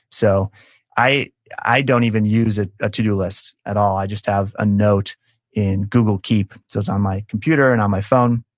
so i i don't even use ah a to-do list, at all. i just have a note in google keep, so it's on my computer and on my phone.